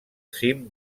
cim